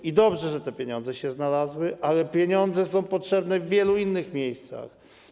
I dobrze, że te pieniądze się znalazły, ale pieniądze są potrzebne w wielu innych miejscach.